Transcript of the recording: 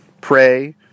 pray